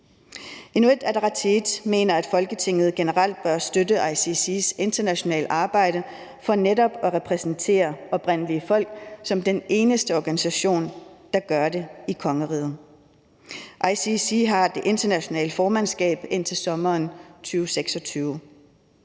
Inuit Ataqatigiit mener, at Folketinget generelt bør støtte ICC's internationale arbejde for netop at repræsentere oprindelige folk, hvilket de er den eneste organisation der gør i kongeriget. ICC Grønland har det internationale formandskab indtil sommeren 2026,